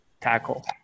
tackle